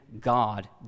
God